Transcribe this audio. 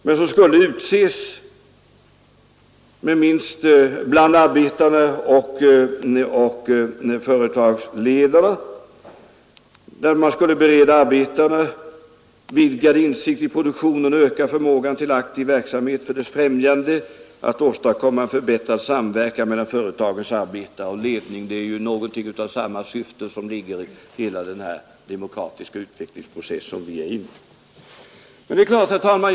De skulle utses bland arbetare och företagsledare, varvid man skulle bereda arbetarna vidgad insikt i produktionen och öka förmågan till aktiv verksamhet för dess främjande samt åstadkomma en förbättrad samverkan mellan företagens arbetare och ledning. Hela den demokratiska utvecklingsprocess som vi nu befinner oss i har ju någonting av samma syfte.